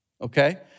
Okay